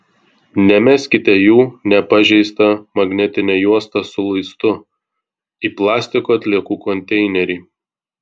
nemeskite jų su nepažeista magnetine juosta ar luistu į plastiko atliekų konteinerį